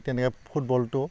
তেনেকৈ ফুটবলটো